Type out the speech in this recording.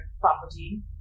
property